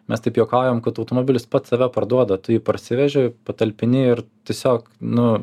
mes taip juokaujam kad automobilis pats save parduoda tu jį parsiveži patalpini ir tiesiog nu